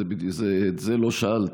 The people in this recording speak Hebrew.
את זה לא שאלתי.